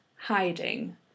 hiding